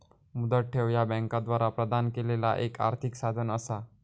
मुदत ठेव ह्या बँकांद्वारा प्रदान केलेला एक आर्थिक साधन असा